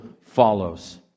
follows